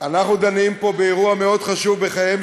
אנחנו דנים פה באירוע מאוד חשוב בחייהם